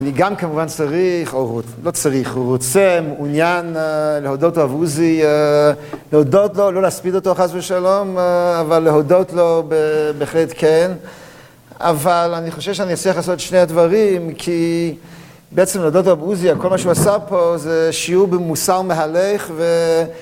אני גם כמובן צריך, לא צריך, רוצה, מעוניין להודות לרב עוזי, להודות לו, לא להספיד אותו חס ושלום, אבל להודות לו בהחלט כן. אבל אני חושב שאני אצליח לעשות שני דברים, כי בעצם להודות לרב עוזי, על כל מה שהוא עשה פה זה שיעור במוסר מהלך ו..